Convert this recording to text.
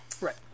Right